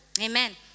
Amen